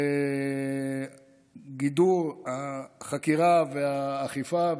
זה גידור החקירה והאכיפה.